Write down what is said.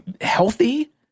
healthy